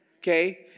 Okay